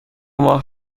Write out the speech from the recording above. ماه